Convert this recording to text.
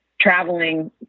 traveling